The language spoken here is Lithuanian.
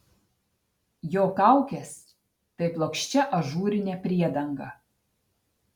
jo kaukės tai plokščia ažūrinė priedanga